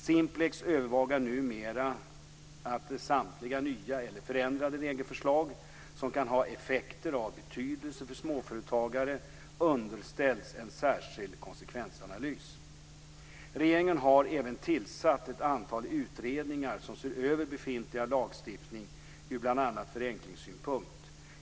Simplex övervakar numera att samtliga nya eller förändrade regelförslag som kan ha effekter av betydelse för småföretagare underställs en särskild konsekvensanalys. Regeringen har även tillsatt ett antal utredningar som ser över befintlig lagstiftning ur bl.a. förenklingssynpunkt.